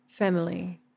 family